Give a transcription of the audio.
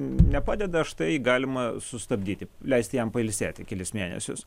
nepadeda štai galima sustabdyti leisti jam pailsėti kelis mėnesius